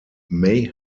may